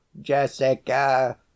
Jessica